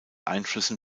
einflüssen